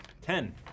Ten